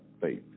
faith